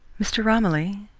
mr. romilly,